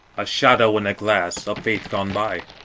a shadow in a glass, of faith gone by.